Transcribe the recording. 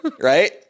Right